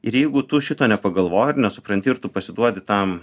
ir jeigu tu šito nepagalvoji ir nesupranti ir tu pasiduodi tam